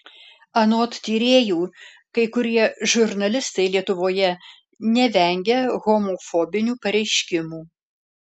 anot tyrėjų kai kurie žurnalistai lietuvoje nevengia homofobinių pareiškimų